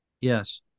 Yes